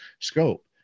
scope